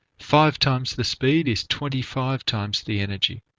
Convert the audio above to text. five times the speed is twenty five times the energy.